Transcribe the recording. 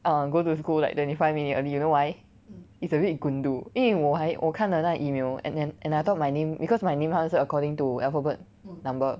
um go to school like twenty five minute early you know why it's a bit gundu 因为我还我看得那 email and then another of my name because my name 好像是 according to alphabet number